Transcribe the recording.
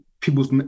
people's